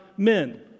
men